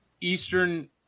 Eastern